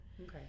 Okay